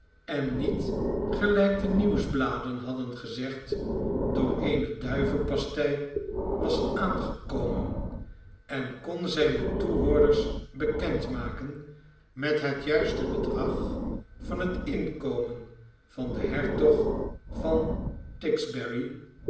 en niet gelijk de nieuwsbladen hadden gezegd door eene duivenpastei was aangekomen en kon zijne toehoorders bekend maken met het juiste bedrag van het inkomen dat de hertog van